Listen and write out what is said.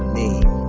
name